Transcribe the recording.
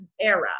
era